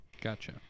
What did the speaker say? gotcha